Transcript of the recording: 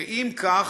ואם כך,